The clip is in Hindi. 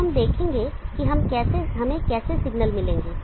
अब हम देखेंगे कि हमें कैसे सिग्नल मिलेंगे